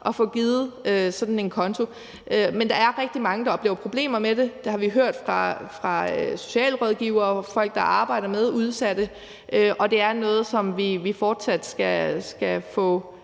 som ellers er påkrævet. Men der er rigtig mange, der oplever problemer med det. Det har vi hørt fra socialrådgivere og fra folk, der arbejder med udsatte, og det er noget, som vi fortsat skal få